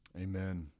Amen